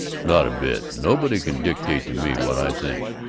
not a bit! nobody can dictate to me what i think!